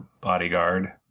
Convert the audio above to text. bodyguard